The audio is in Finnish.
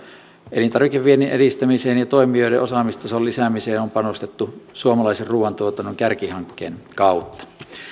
elintarvikeviennin edistämiseen ja toimijoiden osaamistason lisäämiseen on panostettu suomalaisen ruuantuotannon kärkihankkeen kautta